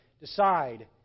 decide